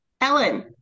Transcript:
Ellen